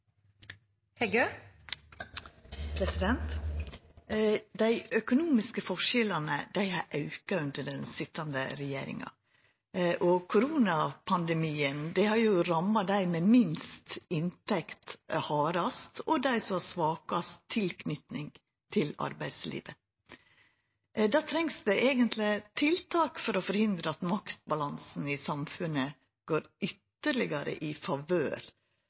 har auka under den sitjande regjeringa. Koronapandemien har ramma dei med minst inntekt hardast, og dei som har svakast tilknyting til arbeidslivet. Det trengst eigentleg tiltak for å forhindra at maktbalansen i samfunnet går ytterlegare i favør